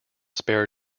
spare